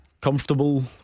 Comfortable